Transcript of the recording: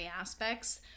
aspects